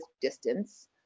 distance